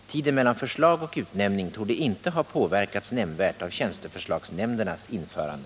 Tiden mellan förslag och utnämning torde inte ha påverkats nämnvärt av tjänsteförslagsnämndernas införande.